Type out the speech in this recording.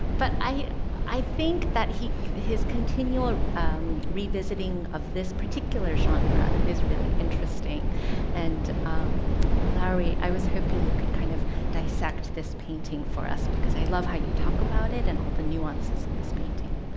but i i think that his continual revisiting of this particular genre is really interesting and lowery, i was hoping you could kind of dissect this painting for us because i love how you talk about it and all the nuances in this painting.